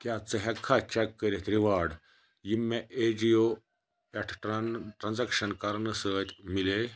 کیٛاہ ژٕ ہٮ۪کٕکھا چیک کٔرِتھ ریوارڑ یِم مےٚ اَےٚ جی او پٮ۪ٹھٕ ٹرٛا ٹرٛانٛزیکشنٛز کَرنہٕ سۭتۍ میلے